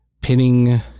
pinning